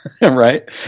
right